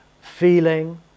Feeling